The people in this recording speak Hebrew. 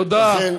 לכן,